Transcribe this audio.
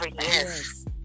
yes